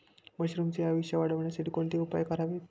मशरुमचे आयुष्य वाढवण्यासाठी कोणते उपाय करावेत?